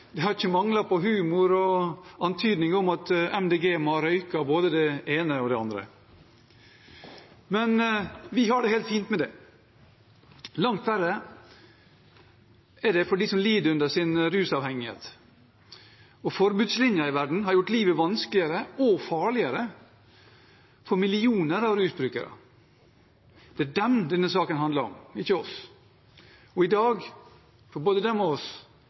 Det har ikke manglet på humor og antydninger om at Miljøpartiet De Grønne måtte ha røkt både det ene og det andre. Men vi har det helt fint med det. Langt verre er det for dem som lider under sin rusavhengighet, og forbudslinjen i verden har gjort livet vanskeligere og farligere for millioner av rusbrukere. Det er dem denne saken handler om, ikke oss. I dag – for både dem og oss